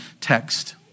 text